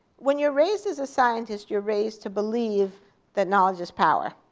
when you're raised as a scientist, you're raised to believe that knowledge is power.